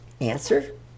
Answer